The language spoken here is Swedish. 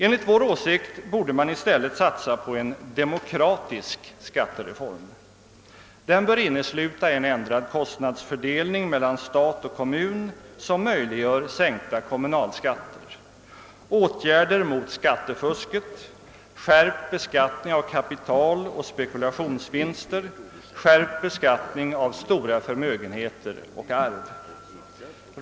Enligt vår åsikt borde man i stället satsa på en demokratisk skattereform. Den bör innesluta en ändrad kostnadsfördelning mellan stat och kommun som möjliggör sänkta kommunalskatter, åtgärder mot skattefusket, skärpt beskattning av kapitaloch spekulationsvinster, skärpt beskattning av stora förmögenheter och arv.